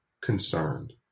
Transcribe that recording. concerned